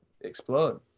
explode